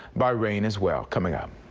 bahrain as well coming up.